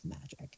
magic